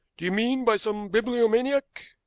do you mean by some bibliomaniac?